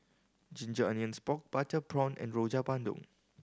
ginger onions pork butter prawn and Rojak Bandung